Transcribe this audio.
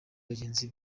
bagenzi